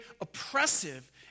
oppressive